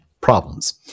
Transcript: problems